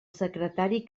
secretari